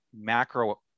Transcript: macro